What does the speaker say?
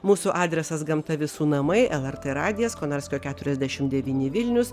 mūsų adresas gamta visų namai lrt radijas konarskio keturiasdešim devyni vilnius